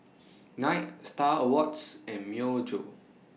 Knight STAR Awards and Myojo